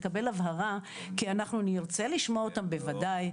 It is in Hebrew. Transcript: לקבל הבהרה כי אנחנו נרצה לשמוע אותם בוודאי,